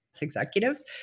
executives